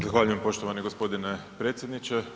Zahvaljujem poštovani g. predsjedniče.